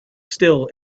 still